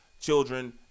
children